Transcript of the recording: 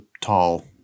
tall